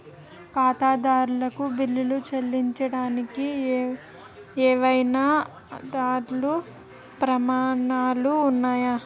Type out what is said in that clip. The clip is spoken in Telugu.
ఖాతాదారులకు బిల్లులు చెల్లించడానికి ఏవైనా అర్హత ప్రమాణాలు ఉన్నాయా?